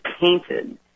painted